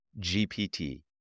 GPT